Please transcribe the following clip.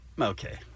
okay